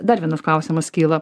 dar vienas klausimas kyla